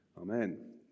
Amen